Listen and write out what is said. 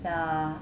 the